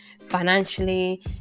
financially